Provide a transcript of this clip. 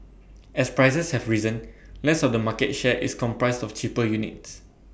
as prices have risen less of the market share is comprised of cheaper units